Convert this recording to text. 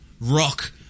rock